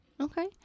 Okay